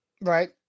Right